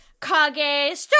Kage